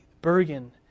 Bergen